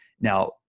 Now